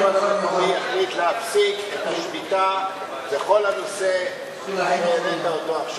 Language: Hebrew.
המקומי החליט להפסיק את השביתה בכל הנושא שהעלית עכשיו,